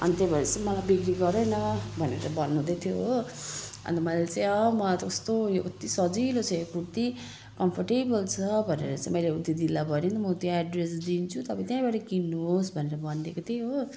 अनि त्यो भएर चाहिँ मलाई बिक्री गर न भनेर भन्नु हुँदै थियो हो अन्त मैले चाहिँ मलाई त कस्तो उयो उति सजिलो छ यो कुर्ती कम्फर्टेबल छ भनेर चाहिँ मैले ऊ त्यो दिदीलाई भने म त्या एड्रेस दिन्छु तपाईँ त्यहीँबाट किन्नु होस् भनेर भनिदिएको थिएँ हो